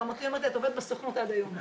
חמותי אומרת לי שאני עובדת בסוכנות עד היום.